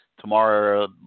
tomorrow